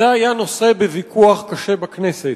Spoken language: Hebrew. זה היה נושא בוויכוח קשה בכנסת,